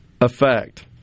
effect